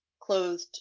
clothed